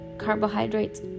carbohydrates